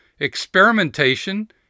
experimentation